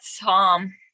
Tom